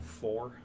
four